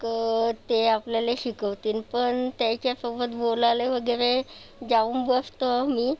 की ते आपल्याला शिकवतीन पण त्यांच्यासोबत बोलायला वगैरे जाऊन बसतो मी